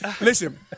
listen